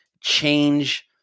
change